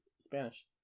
Spanish